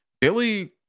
Billy